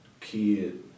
kid